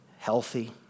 healthy